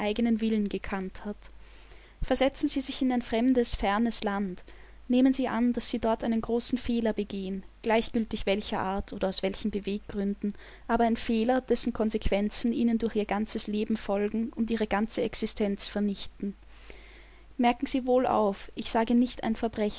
willen gekannt hat versetzen sie sich in ein fremdes fernes land nehmen sie an daß sie dort einen großen fehler begehen gleichgiltig welcher art oder aus welchen beweggründen aber ein fehler dessen konsequenzen ihnen durch ihr ganzes leben folgen und ihre ganze existenz vernichten merken sie wohl auf ich sage nicht ein